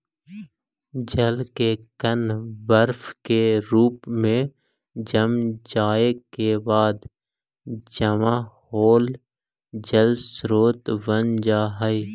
जल के कण बर्फ के रूप में जम जाए के बाद जमा होल जल स्रोत बन जा हई